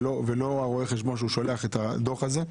ולא רואה חשבון ששולח את הדוח הזה.